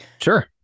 Sure